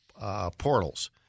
portals